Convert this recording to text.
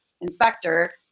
inspector